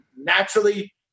naturally